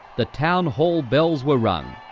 the town hall bells were rung,